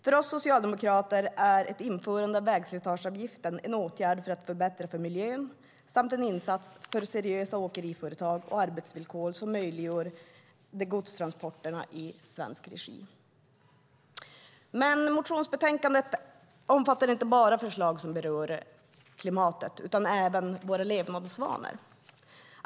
För oss socialdemokrater är ett införande av en vägslitageavgift en åtgärd för att förbättra för miljön samt en insats för seriösa åkeriföretag och arbetsvillkor som möjliggör godstransporter i svensk regi. Motionsbetänkandet omfattar inte bara förslag som berör klimatet utan även våra levnadsvanor.